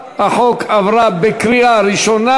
(הארכת תוקף של הוראת שעה לעניין חקירת חשוד בעבירת ביטחון),